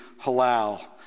halal